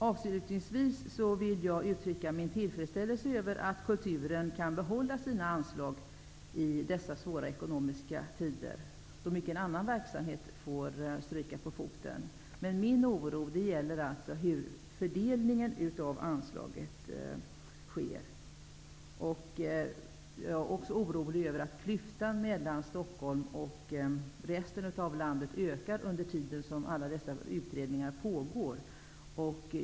Avslutningsvis vill jag uttrycka min tillfredsställelse över att kulturen får behålla sina anslag i dessa svåra ekonomiska tider, då mycken annan verksamhet får stryka på foten. Min oro gäller hur fördelningen av anslagen sker. Jag är också orolig över att klyftan mellan Stockholm och resten av landet ökar med alla olika utredningar som pågår.